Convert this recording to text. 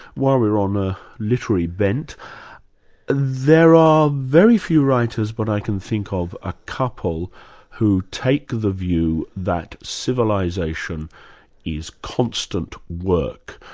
while we're on a literary bent there are very few writers who but i can think of a couple who take the view that civilisation is constant work,